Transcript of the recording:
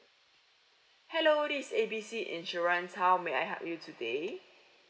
hello this is A B C insurance how may I help you today